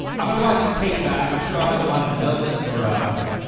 i'm gonna watch the tape back. i'm sure i'll have a lot of notes for us.